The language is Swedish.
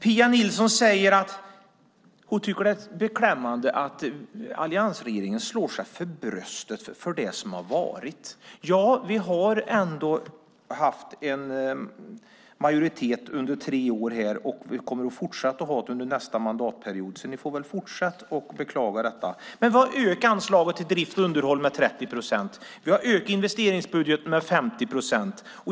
Pia Nilsson tycker att det är beklämmande att alliansregeringen slår sig för bröstet för det som har varit. Ja, vi har haft en majoritet under tre år, och vi kommer att fortsätta ha det under nästa mandatperiod, så ni får väl fortsätta att beklaga er. Vi har ökat anslaget till drift och underhåll med 30 procent, och vi har ökat investeringsbudgeten med 50 procent.